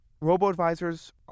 robo-advisors